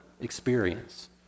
experience